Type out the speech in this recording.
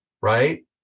right